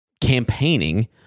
campaigning